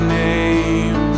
name